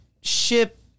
ship